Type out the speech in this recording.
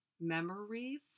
memories